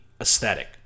aesthetic